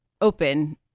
open